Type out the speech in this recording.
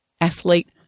athlete